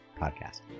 podcast